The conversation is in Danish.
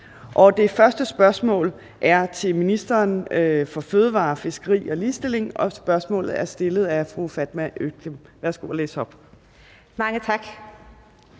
Det første spørgsmål er til ministeren for fødevarer, fiskeri og ligestilling, og spørgsmålet er stillet af fru Fatma Øktem. Kl. 13:01 Spm. nr.